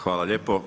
Hvala lijepo.